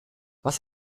was